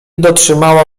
dotrzymała